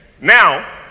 Now